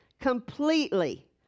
completely